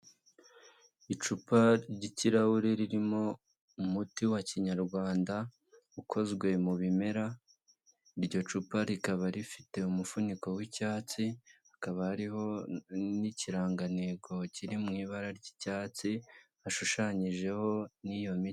Icupa ry'ikirahure ririmo umuti wa kinyarwanda ukozwe mu bimera, iryo cupa rikaba rifite umufuniko w'icyatsi, hakaba hariho n'ikirangantego kiri mu ibara ry'icyatsi ashushanyijeho n'iyo miti.